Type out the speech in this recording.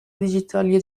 دیجیتالی